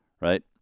Right